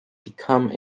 become